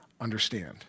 understand